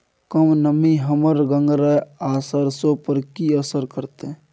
कम नमी हमर गंगराय आ सरसो पर की असर करतै?